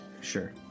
Sure